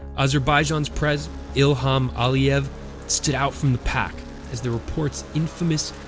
azerbaijan's prez ilham aliyev stood out from the pack as the report's infamous,